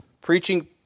preaching